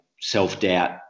self-doubt